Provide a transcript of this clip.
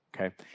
Okay